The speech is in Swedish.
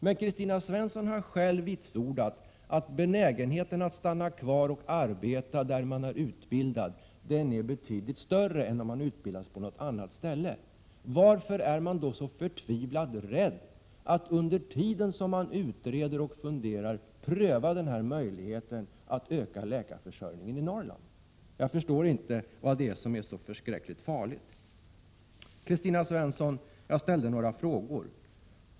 Men Kristina Svensson har själv vitsordat att benägenheten att stanna kvar och arbeta där man är utbildad är betydligt större än vad benägenheten att stanna kvar är om man kommer från utbildning på annat håll. Varför är ni då så förtvivlat rädda för att under den tid, då man utreder och funderar, pröva den här möjligheten att öka läkarförsörjningen i Norrland? Jag förstår inte vad det är som är så förskräckligt farligt. Jag ställde några frågor, Kristina Svensson.